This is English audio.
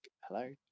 Hello